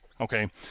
okay